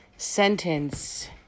sentence